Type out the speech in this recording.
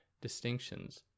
distinctions